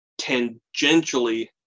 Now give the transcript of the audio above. tangentially